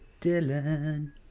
Dylan